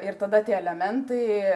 ir tada tie elementai